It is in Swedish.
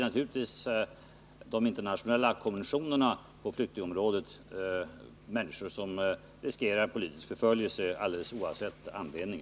Naturligtvis gäller de internationella konventionerna på flyktingområdet som innebär att människor som riskerar politisk förföljelse får hjälp alldeles oavsett anledning.